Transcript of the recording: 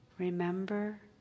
Remember